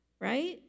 right